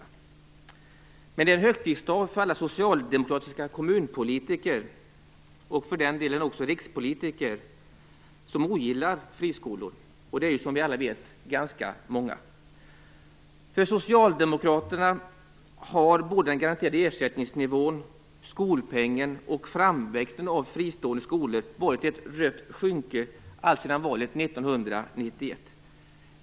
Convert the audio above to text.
Men det är en högtidsdag för alla socialdemokratiska kommunpolitiker och för den delen också rikspolitiker som ogillar friskolor, och det är som vi alla vet ganska många. För socialdemokraterna har både den garanterade ersättningsnivån, skolpengen, och framväxten av fristående skolor varit ett rött skynke alltsedan valet 1991.